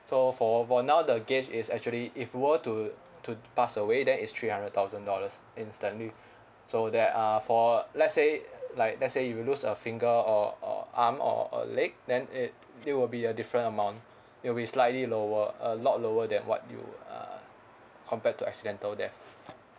so for for now the gauge is actually if you were to to pass away then it's three hundred thousand dollars instantly so there are for let's say like let's say you lose a finger or or arm or a leg then it it will be a different amount it'll be slightly lower a lot lower than what you uh compared to accidental death